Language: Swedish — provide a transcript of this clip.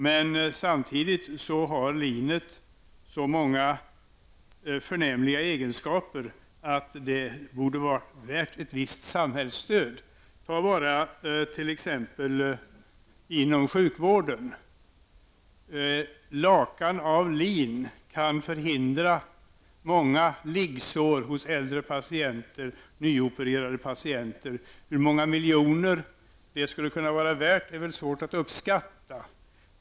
Men linet har så många förnämliga egenskaper att det borde vara värt ett visst samhällsstöd. Inom t.ex. sjukvården kan lakan av lin förhindra många liggsår hos äldre patienter och hos nyopererade patienter. Hur många miljoner det skulle kunna vara värt är svårt att uppskatta.